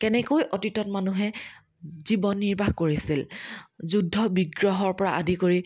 কেনেকৈ অতীতত মানুহে জীৱন নিৰ্বাহ কৰিছিল যুদ্ধ বিগ্ৰহৰ পৰা আদি কৰি